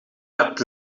hebt